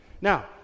Now